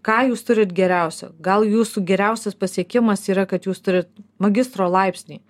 ką jūs turit geriausio gal jūsų geriausias pasiekimas yra kad jūs turit magistro laipsnį